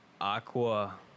Aqua